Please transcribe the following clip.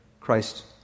Christ